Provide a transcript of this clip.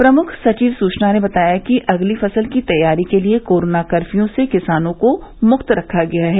प्रमुख सचिव सूचना ने बताया कि अगली फसल की तैयारी के लिये कोरोना कर्फ्यू से किसानों को मुक्त रखा गया है